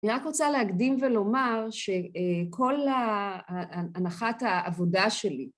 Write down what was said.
אני רק רוצה להקדים ולומר שכל ההנחת העבודה שלי